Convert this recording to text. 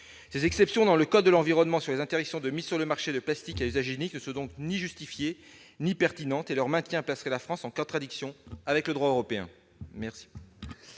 Ces exceptions dans le code de l'environnement sur les interdictions de mise sur le marché de produits en plastique à usage unique ne sont donc ni justifiées ni pertinentes ; leur maintien placerait la France en contradiction avec le droit européen.